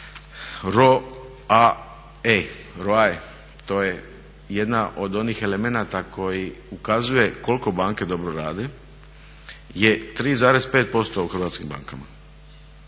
ROE, to je jedna od onih elemenata koji ukazuje koliko banke dobro rade je 3,5% u hrvatskim bankama